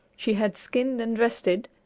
she had skinned and dressed it,